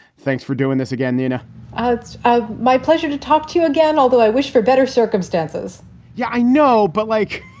thanks for doing this again and ah it's ah my pleasure to talk to you again, although i wish for better circumstances yeah, i know. but like,